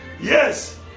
yes